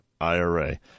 ira